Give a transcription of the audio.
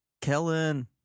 Kellen